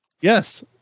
Yes